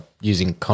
using